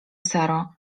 saro